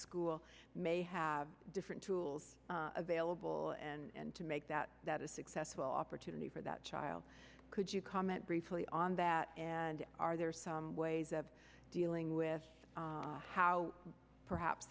school may have different tools available and to make that that a successful opportunity for that child could you comment briefly on that and are there some ways of dealing with how perhaps